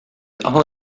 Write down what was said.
all